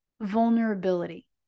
Vulnerability